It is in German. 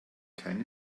keine